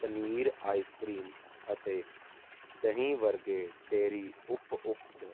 paneer ice cream ਅਤੇ ਦਹੀਂ ਵਰਗੇ ਡੇਰੀ ਉਪ ਉਪਦ